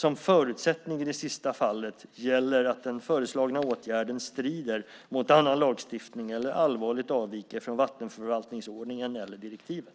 Som förutsättning i det sista fallet gäller att den föreslagna åtgärden strider mot annan lagstiftning eller allvarligt avviker från vattenförvaltningsförordningen eller direktivet.